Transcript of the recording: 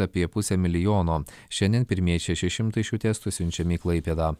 apie pusę milijono šiandien pirmieji šeši šimtai šių testų siunčiami į klaipėdą